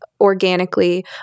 organically